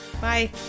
Bye